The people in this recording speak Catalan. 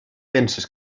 penses